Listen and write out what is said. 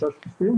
ולכל הצוות שלכם.